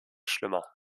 schlimmer